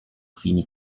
fini